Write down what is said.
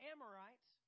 Amorites